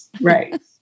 right